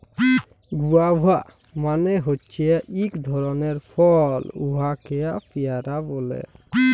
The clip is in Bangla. গুয়াভা মালে হছে ইক ধরলের ফল উয়াকে পেয়ারা ব্যলে